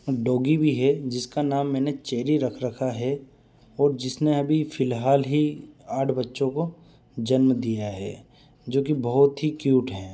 doggy भी हैं जिसका नाम मैंने चैरी रख रखा है और जिसने अभी फ़िलहाल ही आठ बच्चों को जन्म दिया है जो कि बहुत ही क्यूट है